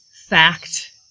fact